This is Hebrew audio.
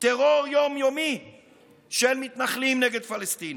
טרור יום-יומי של מתנחלים נגד פלסטינים.